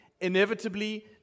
inevitably